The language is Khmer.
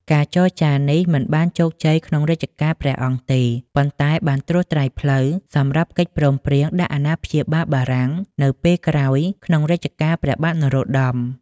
ការចរចានេះមិនបានជោគជ័យក្នុងរជ្ជកាលព្រះអង្គទេ ប៉ុន្តែបានត្រួសត្រាយផ្លូវសម្រាប់កិច្ចព្រមព្រៀងដាក់អាណាព្យាបាលបារាំងនៅពេលក្រោយក្នុងរជ្ជកាលព្រះបាទនរោត្តម។